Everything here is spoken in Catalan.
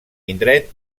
indret